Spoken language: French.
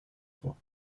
trois